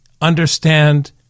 understand